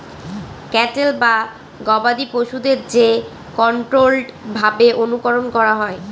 cattle বা গবাদি পশুদের যে কন্ট্রোল্ড ভাবে অনুকরন করা হয়